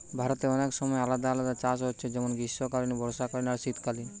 ভারতে অনেক সময় আলাদা আলাদা চাষ হচ্ছে যেমন গ্রীষ্মকালীন, বর্ষাকালীন আর শীতকালীন